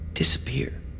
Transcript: Disappear